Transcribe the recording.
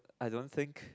I don't think